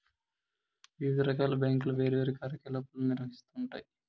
వివిధ రకాల బ్యాంకులు వేర్వేరు కార్యకలాపాలను నిర్వహిత్తూ ఉంటాయి